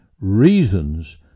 reasons